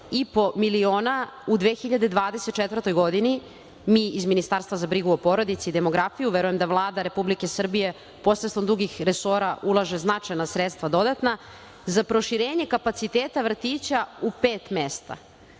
17,5 miliona u 2024. godini, mi iz Ministarstva za brigu o porodici i demografiju, verujem da Vlada Republike Srbije, posredstvom drugih resora, ulaže značajna sredstva, dodatna, za proširenje kapaciteta vrtića u pet mesta,